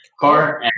car